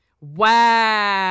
wow